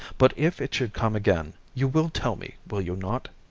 but if it should come again, you will tell me, will you not?